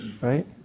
right